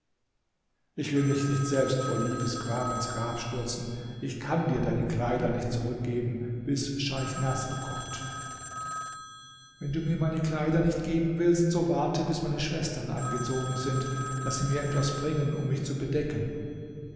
ich will mich nicht selbst vor liebesgram ins grab stürzen ich kann dir deine kleider nicht zurückgeben bis scheich naßr kommt wenn du mir meine kleider nicht geben willst so warte bis meine schwestern angezogen sind daß sie mir etwas bringen um mich zu bedecken